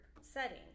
setting